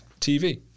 TV